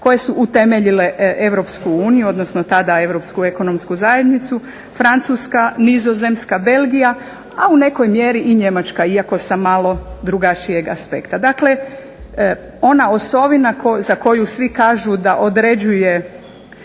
koje su utemeljile Europsku uniju, odnosno tada Europsku ekonomsku zajednicu, Francuska, Nizozemska, Belgija, a u nekoj mjeri i Njemačka, iako sa malo drugačijeg aspekta. Dakle, ona osovina za koju svi kažu da određuje